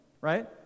right